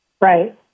Right